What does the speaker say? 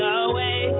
away